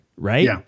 Right